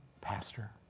Pastor